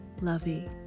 Lovey